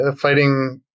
fighting